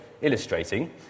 illustrating